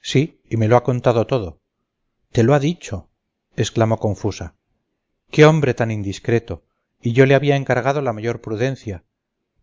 sí y me lo ha contado todo te lo ha dicho exclamó confusa qué hombre tan indiscreto y yo le había encargado la mayor prudencia